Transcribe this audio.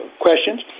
questions